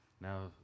Now